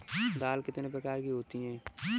दाल कितने प्रकार की होती है?